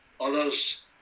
others